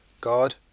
God